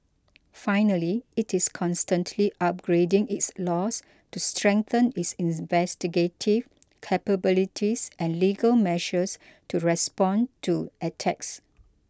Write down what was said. finally it is constantly upgrading its laws to strengthen its investigative capabilities and legal measures to respond to attacks